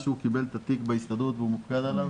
שהוא קיבל את התיק בהסתדרות והוא מופקד עליו